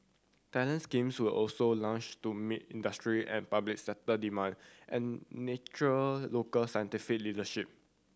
talent schemes were also launched to meet industry and public sector demand and natural local scientific leadership